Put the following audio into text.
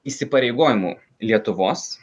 įsipareigojimų lietuvos